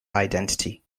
identity